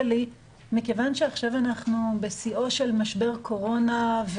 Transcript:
מכיוון שאנחנו עכשיו בשיאו של משבר הקורונה,